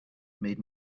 made